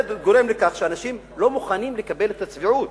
זה גורם לכך שאנשים לא מוכנים לקבל את הצביעות,